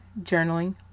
journaling